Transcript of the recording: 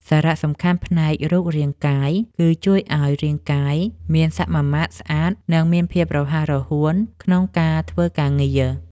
សារៈសំខាន់ផ្នែករូបរាងកាយ គឺជួយឱ្យរាងកាយមានសមាមាត្រស្អាត និងមានភាពរហ័សរហួនក្នុងការធ្វើការងារ។